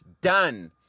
done